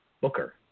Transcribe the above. Booker